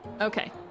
Okay